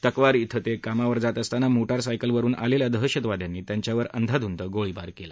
तक्वार िंग ते कामावर जात असताना मोटार सायकलवरून आलेल्या दहशतवाद्यांनी त्यांच्यावर अंदाधुंद गोळीबार केला